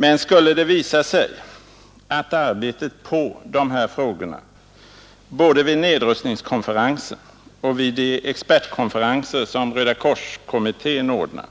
Men skulle det visa sig att arbetet på de här frågorna både vid nedrustningskonferensen och vid de expertkonferenser som Röda korskommittén ordnar